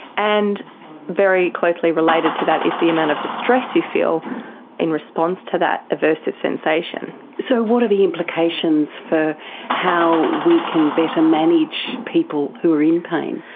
and very closely related to that is the amount of distress you feel in response to that aversive sensation. so what are the implications for how we can better manage people who are in pain?